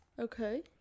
Okay